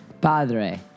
Padre